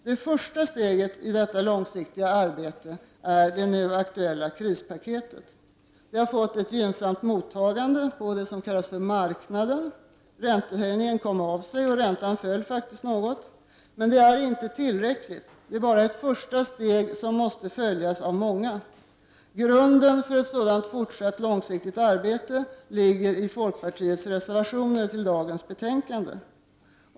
Det första steget i detta långsiktiga arbete är det nu aktuella krispaketet. Det har fått ett gynnsammt mottagande på det som kallas för marknaden. Räntehöjningen kom av sig, och räntan föll faktiskt något. Men det är inte tillräckligt. Det är bara ett första steg, som måste följas av många fler. Grunden för ett sådant fortsatt långsiktigt arbete ligger i folkpartiets reservationer till dagens betänkande.